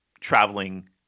traveling